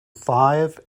five